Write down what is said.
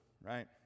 right